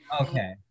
Okay